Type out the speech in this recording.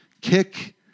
kick